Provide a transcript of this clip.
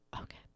Okay